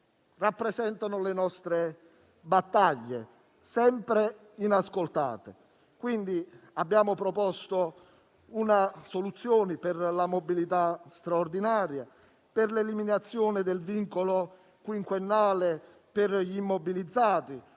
rappresentano le nostre battaglie. Rimangono, però, sempre inascoltati. Abbiamo proposto una soluzione per la mobilità straordinaria, per l'eliminazione del vincolo quinquennale per gli immobilizzati,